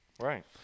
Right